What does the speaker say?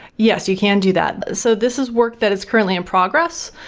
yes, you can do that. so this is work that is currently in progress,